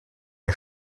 der